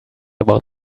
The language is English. about